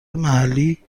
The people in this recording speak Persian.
محلی